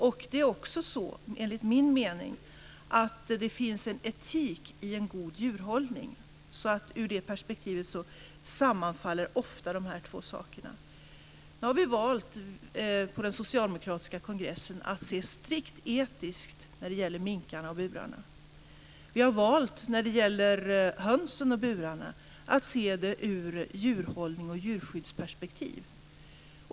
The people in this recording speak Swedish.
Det finns också, enligt min mening, en etik i en god djurhållning, så ur det djurperspektivet sammanfaller ofta de här två sakerna. Nu har vi valt på den socialdemokratiska kongressen att se strikt etiskt när det gäller minkarna och burarna. Vi har valt när det gäller hönsen och burarna att se det ur djurhållnings och djurskyddsperspektiv.